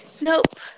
Nope